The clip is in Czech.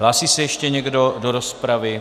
Hlásí se ještě někdo do rozpravy?